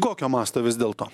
kokio masto vis dėlto